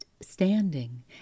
standing